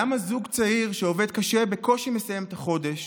למה זוג צעיר שעובד קשה בקושי מסיים את החודש?